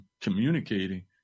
communicating